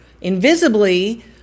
invisibly